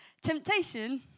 Temptation